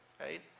right